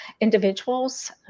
individuals